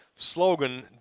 slogan